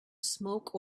smoke